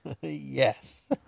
Yes